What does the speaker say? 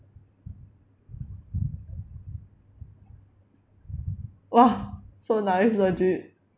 !wah! so nice legit